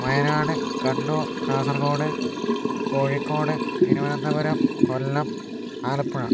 Wayanad Kannur Kasaragod Kozhikode Thiruvananthapuram Kollam Alappuzha